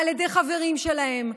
על ידי חברים שלהן,